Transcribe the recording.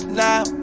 now